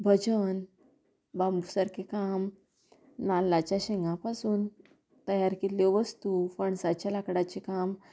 भजन बांबू सारकें काम नाल्लाच्या शेंगा पासून तयार केल्ल्यो वस्तू फणसाच्या लांकडाचें काम